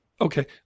Okay